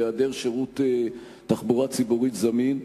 בהעדר שירות תחבורה ציבורית זמין.